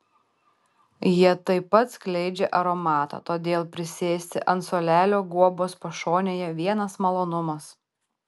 jie taip pat skleidžia aromatą todėl prisėsti ant suolelio guobos pašonėje vienas malonumas